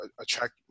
attract